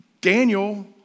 Daniel